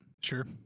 sure